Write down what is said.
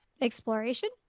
exploration